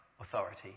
authority